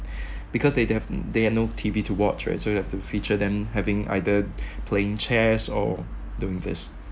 because they they have they have no T_V to watch right so they have to feature them having either playing chess or doing this